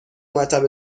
مطب